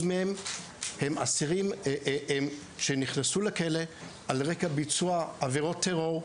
מהם הם אסירים שנכנסו לכלא על רקע ביצוע עבירות טרור,